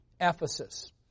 Ephesus